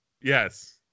yes